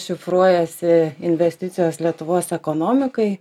šifruojasi investicijos lietuvos ekonomikai